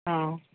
ہاں